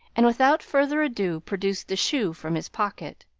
and without further ado produced the shoe from his pocket.